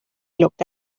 looked